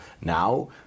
now